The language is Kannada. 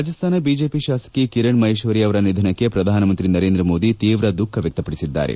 ರಾಜಸ್ತಾನ ಬಿಜೆಪಿ ಶಾಸಕಿ ಕಿರಣ್ ಮಹೇಶ್ವರಿ ಅವರ ನಿಧನಕ್ಕೆ ಪ್ರಧಾನಮಂತ್ರಿ ನರೇಂದ್ರ ಮೋದಿ ತೀವ್ರ ದುಃಖ ವ್ಯಕ್ತಪಡಿಸಿದ್ದಾರೆ